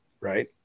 right